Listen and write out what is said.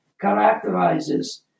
characterizes